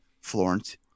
Florence